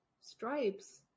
Stripes